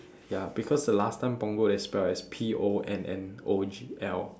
ya because the last time punggol they spell it as P O N N O G L